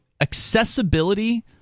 accessibility